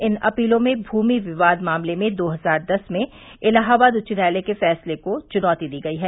इन अपीलों में भूमि विवाद मामले में दो हजार दस में इलाहाबाद उच्च न्यायालय के फैसले को चुनौती दी गई है